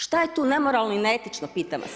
Što je tu nemoralno i neetično pitam vas?